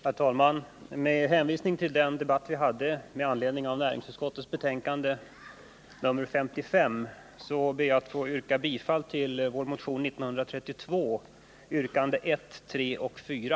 Herr talman! Med hänvisning till den debatt som vi hade då vi behandlade näringsutskottets betänkande nr 55 ber jag att få yrka bifall till motion 1932, yrkandena 1, 3 och 4.